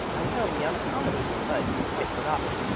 until the unaccommodating fudge was quite forgotten,